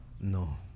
No